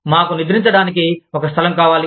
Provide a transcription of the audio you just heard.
మాకు నిద్రించడానికి ఒక స్థలం కావాలి